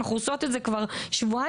אנחנו עושות את זה כבר שבועיים.